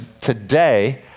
Today